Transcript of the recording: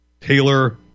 Taylor